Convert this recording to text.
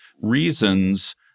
reasons